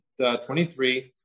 23